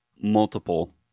multiple